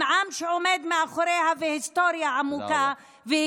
עם עם שעומד מאחוריה והיסטוריה עמוקה.